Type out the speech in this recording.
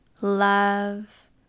love